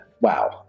wow